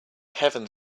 heaven